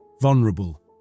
vulnerable